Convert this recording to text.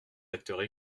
acteurs